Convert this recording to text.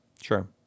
sure